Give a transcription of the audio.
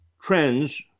trends